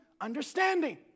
understanding